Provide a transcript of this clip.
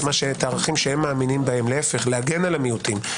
הערכים שהם מאמינים בהם להפך - להגן על המיעוטים,